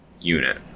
unit